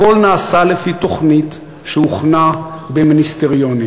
הכול נעשה לפי תוכנית שהוכנה במיניסטריונים".